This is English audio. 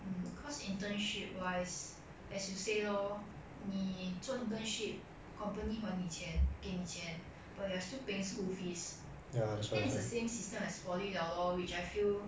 mm cause internship wise as you say lor 你做 internship company 换你钱给你钱 but you are still paying school fees then it's the same system as poly 了 lor which I feel